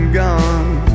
gone